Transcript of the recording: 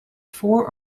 four